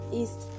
east